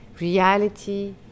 reality